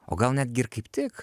o gal netgi ir kaip tik